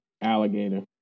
Alligator